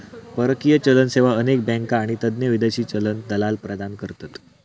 परकीय चलन सेवा अनेक बँका आणि तज्ञ विदेशी चलन दलाल प्रदान करतत